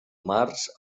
març